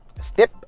Step